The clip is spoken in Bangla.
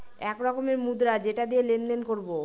এক রকমের মুদ্রা যেটা দিয়ে লেনদেন করবো